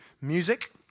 music